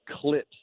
clips